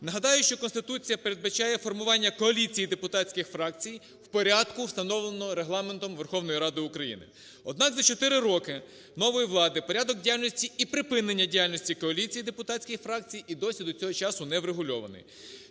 Нагадаю, що Конституція передбачає формування коаліції депутатських фракцій в порядку, встановленому Регламентом Верховної Ради України. Однак, за чотири роки нової влади порядок діяльності і припинення діяльності коаліції депутатських фракцій і досі до цього часу не врегульований.